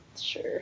Sure